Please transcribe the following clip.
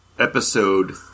episode